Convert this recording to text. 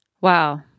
Wow